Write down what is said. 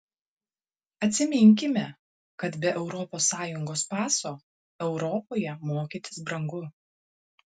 atsiminkime kad be europos sąjungos paso europoje mokytis brangu